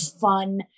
fun